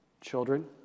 Children